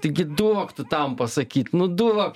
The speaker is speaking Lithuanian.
taigi duok tu tam pasakyt nu duok